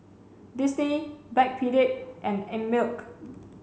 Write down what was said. Disney Backpedic and Einmilk